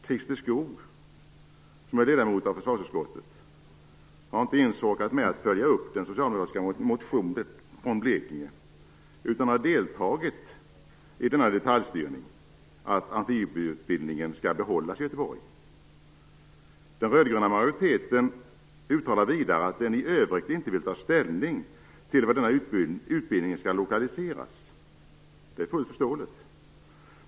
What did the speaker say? Christer Skoog, som är ledamot av försvarsutskottet, har inte ens orkat följa upp den socialdemokratiska motionen från Blekinge, men han har deltagit i detaljstyrningen - dvs. att amfibieutbildningen skall behållas i Göteborg. Vidare uttalar den röd-gröna majoriteten att den i övrigt inte vill ta ställning till var denna utbildning skall lokaliseras. Detta är fullt förståeligt.